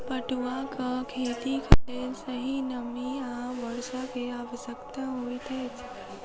पटुआक खेतीक लेल सही नमी आ वर्षा के आवश्यकता होइत अछि